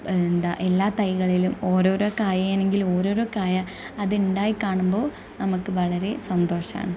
എന്താണ് എല്ലാ തൈകളിലും ഓരോരോ കായ ആണെങ്കിൽ ഒരോരൊ കായ അത് ഉണ്ടായി കാണുമ്പോൾ നമുക്ക് വളരെ സന്തോഷം ആണ്